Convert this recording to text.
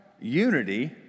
unity